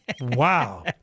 Wow